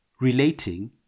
relating